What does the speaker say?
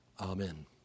Amen